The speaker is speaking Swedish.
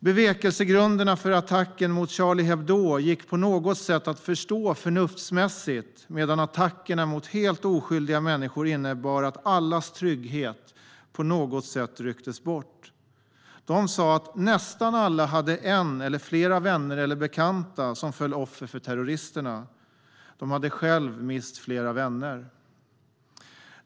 Bevekelsegrunderna för attacken mot Charlie Hebdo gick på något sätt att förstå förnuftsmässigt medan attackerna mot helt oskyldiga människor innebar att allas trygghet på något sätt rycktes bort. De sa att nästan alla hade en eller flera vänner eller bekanta som föll offer för terroristerna. De hade själva mist flera vänner.